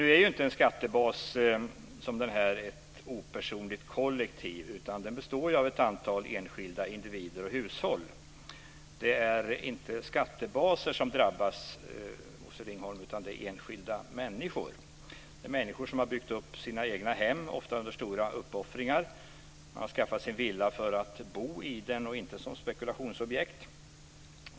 Nu är inte en skattebas som den här ett opersonligt kollektiv, utan den består av ett antal enskilda individer och hushåll. Det är inte skattebaser som drabbas, Bosse Ringholm, utan enskilda människor, som har byggt upp sina egna hem, ofta under stora uppoffringar. De har skaffat sig villa för att bo i den och inte som spekulationsobjekt.